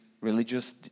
Religious